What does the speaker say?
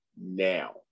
now